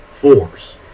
force